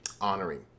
honoring